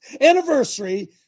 anniversary